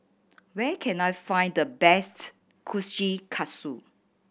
where can I find the best Kushikatsu